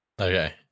Okay